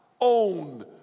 own